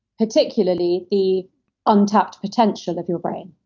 particularly the untapped potential of your brain